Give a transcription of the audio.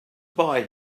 buy